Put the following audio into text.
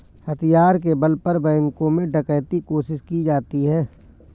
हथियार के बल पर बैंकों में डकैती कोशिश की जाती है